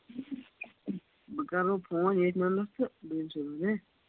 بہٕ کَر ہو فوٚن ییٚتھۍ نَمبرَس تہٕ بہٕ یِمہٕ صُبحَن بیٚیہٕ